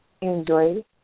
Enjoy